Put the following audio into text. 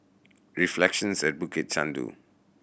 Reflections at Bukit Chandu